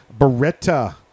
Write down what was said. Beretta